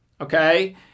Okay